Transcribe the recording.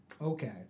Okay